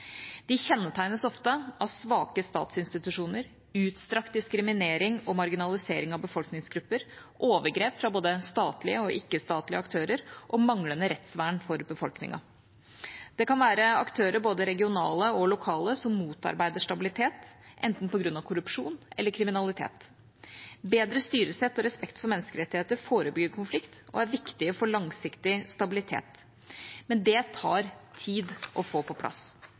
De kjennetegnes ofte av svake statsinstitusjoner, utstrakt diskriminering og marginalisering av befolkningsgrupper, overgrep fra både statlige og ikke-statlige aktører og manglende rettsvern for befolkningen. Det kan være aktører, både regionale og lokale, som motarbeider stabilitet – på grunn av enten korrupsjon eller kriminalitet. Bedre styresett og respekt for menneskerettigheter forebygger konflikt og er viktig for langsiktig stabilitet, men det tar tid å få på plass.